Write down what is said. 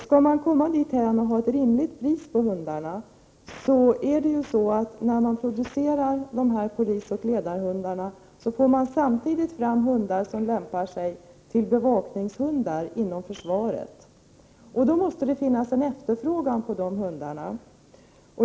Skall man komma dithän och ha ett rimligt pris på hundarna, måste man också beakta att man när man producerar polisoch ledarhundar samtidigt får fram hundar som t.ex. lämpar sig som bevakningshundar inom försvaret. Då måste det finnas en efterfrågan på de hundarna.